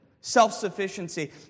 Self-sufficiency